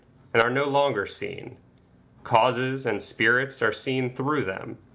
and are no longer seen causes and spirits are seen through them.